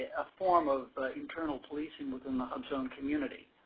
a form of internal policing within the hubzone community.